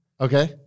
Okay